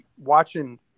watching